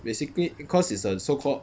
basically cause it's a so called